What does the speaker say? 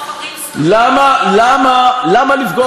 למה לפגוע בחופש העיסוק,